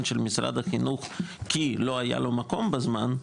של משרד החינוך כי לא היה לו מקום בזמן,